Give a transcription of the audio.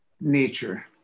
nature